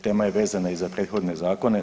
Tema je vezana i za prethodne zakone.